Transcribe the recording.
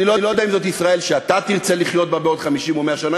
אני לא יודע אם זאת ישראל שאתה תרצה לחיות בה בעוד 50 או 100 שנה.